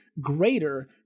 greater